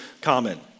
common